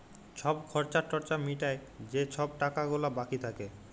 ছব খর্চা টর্চা মিটায় যে ছব টাকা গুলা বাকি থ্যাকে